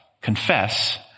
confess